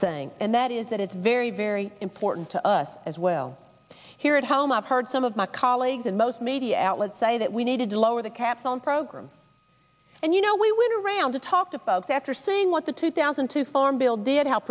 saying and that is that it's very very important to us as well here at home i've heard some of my colleagues in most media outlets say that we needed to lower the caps on programs and you know we went around to talk to folks after seeing what the two thousand and two farm bill did h